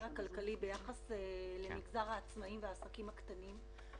הכלכלי בנוגע למגזר העצמאים והעסקים הקטנים.